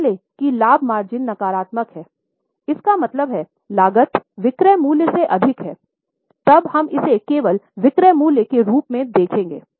मान लें कि लाभ मार्जिन नकारात्मक है इसका मतलब है लागत विक्रय मूल्य से अधिक है तब हम इसे केवल विक्रय मूल्य के रूप में दिखाएँगे